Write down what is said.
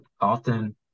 often